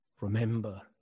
remember